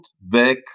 back